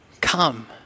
come